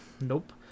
Nope